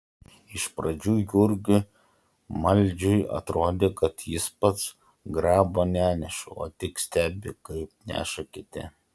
iš pradžių jurgiui maldžiui atrodė kad jis pats grabo neneša o tik stebi kaip neša kiti